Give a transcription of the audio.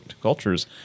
cultures